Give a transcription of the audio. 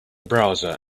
browser